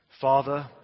Father